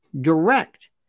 direct